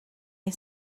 ein